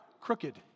Crooked